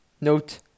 Note